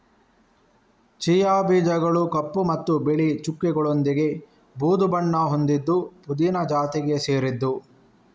chia ಬೀಜಗಳು ಕಪ್ಪು ಮತ್ತು ಬಿಳಿ ಚುಕ್ಕೆಗಳೊಂದಿಗೆ ಬೂದು ಬಣ್ಣ ಹೊಂದಿದ್ದು ಪುದೀನ ಜಾತಿಗೆ ಸೇರಿದ್ದು